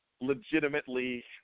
legitimately